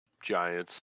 Giants